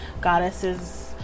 Goddesses